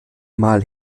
mal